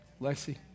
Lexi